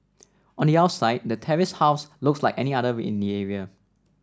on the outside the terraced house looks like any other in the area